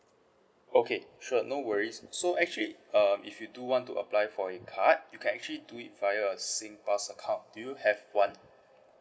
okay sure no worries so actually um if you do want to apply for a card you can actually do it via a singpass account do you have one